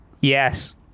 Yes